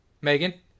Megan